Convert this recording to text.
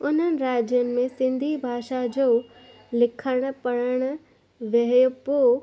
उन्हनि राज्यनि में सिंधी भाषा जो लिखणु पढ़णु वेहबो